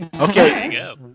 Okay